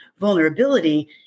Vulnerability